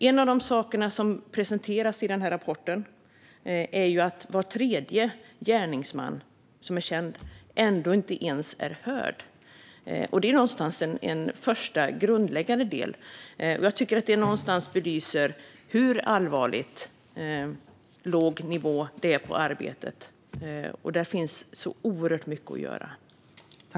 En av de saker som presenteras i denna rapport är att var tredje känd gärningsman inte ens har hörts. Detta är någonstans en första, grundläggande del, och jag tycker att det belyser hur allvarligt låg nivå det är på arbetet. Där finns så oerhört mycket att göra.